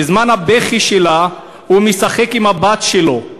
בזמן הבכי שלה הוא משחק עם הבת שלו,